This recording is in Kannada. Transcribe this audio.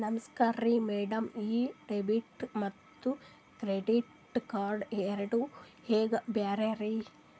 ನಮಸ್ಕಾರ್ರಿ ಮ್ಯಾಡಂ ಈ ಡೆಬಿಟ ಮತ್ತ ಕ್ರೆಡಿಟ್ ಕಾರ್ಡ್ ಎರಡೂ ಹೆಂಗ ಬ್ಯಾರೆ ರಿ?